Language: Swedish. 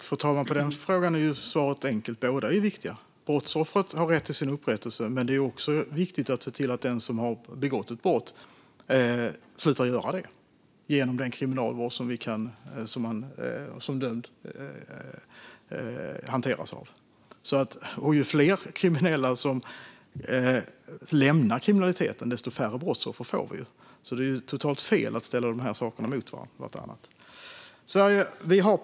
Fru talman! På den frågan är svaret enkelt: Båda är viktiga. Brottsoffret har rätt till sin upprättelse, men det är också viktigt att se till att den som har begått ett brott slutar att göra det genom den kriminalvård som man som dömd hanteras av. Och ju fler kriminella som lämnar kriminaliteten, desto färre brottsoffer får vi ju, så det är totalt fel att ställa de här sakerna mot varandra.